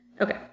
Okay